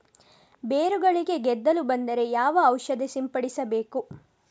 ಬೇರುಗಳಿಗೆ ಗೆದ್ದಲು ಬಂದರೆ ಯಾವ ಔಷಧ ಸಿಂಪಡಿಸಬೇಕು?